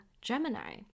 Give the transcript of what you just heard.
Gemini